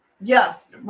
Yes